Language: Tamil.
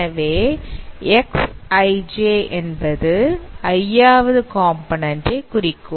எனவே Xij என்பது i ஆவது காம்போநன்ண்ட் ஐ குறிக்கும்